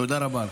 תודה רבה.